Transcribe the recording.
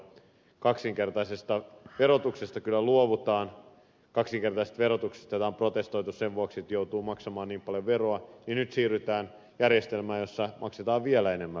kaksinkertaisesta verotuksesta kyllä luovutaan kaksinkertaisesta verotuksesta jota on protestoitu sen vuoksi että joutuu maksamaan niin paljon veroa mutta nyt siirrytään järjestelmään jossa maksetaan vielä enemmän veroa